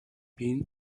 been